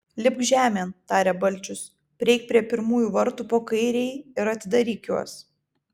lipk žemėn tarė balčius prieik prie pirmųjų vartų po kairei ir atidaryk juos